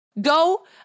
Go